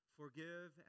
forgive